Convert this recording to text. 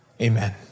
Amen